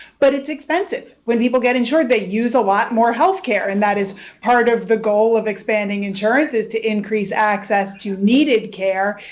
but it's expensive. when people get insured, they use a lot more health care. and that is part of the goal of expanding insurance is to increase access to needed care.